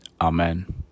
Amen